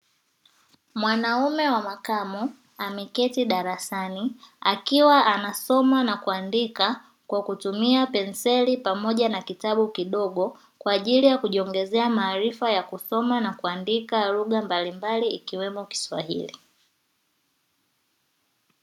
Mwanaume wa makamu ameketi darasani akiwa anasoma na kuandika kwa kutumia penseli pamoja na kitabu kidogo, kwa ajili ya kujiongezea maarifa ya kusoma na kuandika lugha mbalimbali ikiwemo kiswahili.